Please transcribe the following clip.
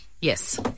Yes